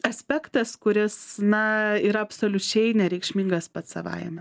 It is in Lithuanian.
aspektas kuris na yra absoliučiai nereikšmingas pats savaime